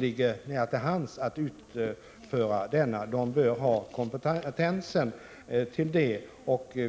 ligger nära till hands för att utföra den. Det bör ha kompetens till detta.